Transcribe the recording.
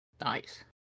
Nice